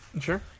Sure